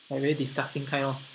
like really disgusting kind lor